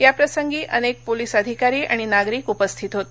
याप्रसंगी अनेक पोलीस अधिकारी आणि नागरिक उपस्थित होते